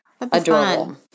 adorable